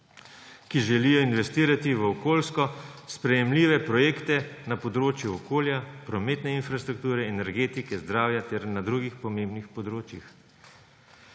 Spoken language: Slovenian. ki želijo investirati v okoljsko sprejemljive projekte na področju okolja, prometne infrastrukture, energetike, zdravja ter na drugih pomembnih področjih.